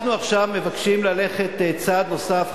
עכשיו אנחנו מבקשים ללכת צעד נוסף,